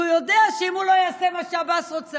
הוא יודע שאם הוא לא יעשה מה שעבאס רוצה,